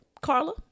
Carla